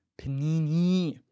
panini